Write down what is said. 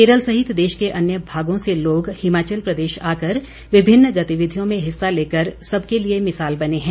केरल सहित देश के अन्य भागों से लोग हिमाचल प्रदेश आकर विभिन्न गतिविधियों में हिस्सा लेकर सबके लिए मिसाल बने हैं